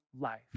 life